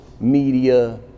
media